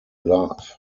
love